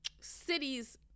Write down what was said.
cities